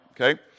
Okay